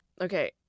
Okay